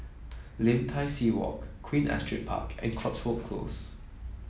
Lim Tai See Walk Queen Astrid Park and Cotswold Close